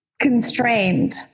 constrained